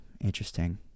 Interesting